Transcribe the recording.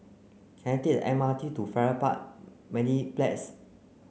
can I take the M R T to Farrer Park Mediplex